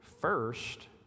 first